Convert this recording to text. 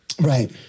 Right